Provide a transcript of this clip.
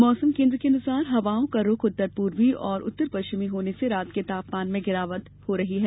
मौसम केन्द्र के मुताबिक हवाओं का रूख उत्तर पूर्वी और उत्तर पश्चिमी होने से रात के तापमान में गिरावट होने हो रही है